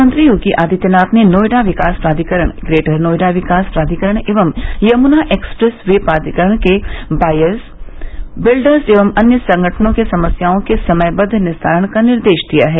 मुख्यमंत्री योगी आदित्यनाथ ने नोएडा विकास प्राधिकरण ग्रेटर नोएडा विकास प्राधिकरण एवं यमुना एक्सप्रेस वे प्राधिकरण के बायर्स विल्डर्स एवं अन्य संगठनों के समस्याओं के समयवद्व निस्तारण का निर्देश दिया है